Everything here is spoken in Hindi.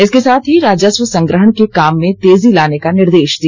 इसके साथ ही राजस्व संग्रहण के काम में तेजी लाने का निर्देश दिया